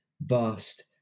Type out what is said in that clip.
vast